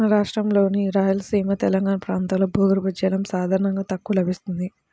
మన రాష్ట్రంలోని రాయలసీమ, తెలంగాణా ప్రాంతాల్లో భూగర్భ జలం సాధారణంగా తక్కువగా లభిస్తుంది